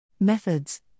Methods